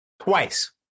twice